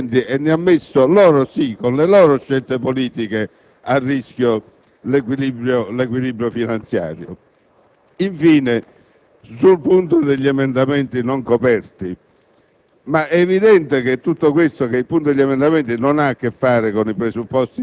hanno letteralmente dissipato il patrimonio immobiliare di tali enti e ne hanno messo - loro sì, con le loro scelte politiche - a rischio l'equilibrio finanziario? Infine, per quanto riguarda il punto degli emendamenti non coperti